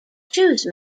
choose